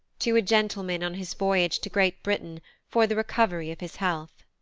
to a gentleman on his voyage to great-britain for the recovery of his health.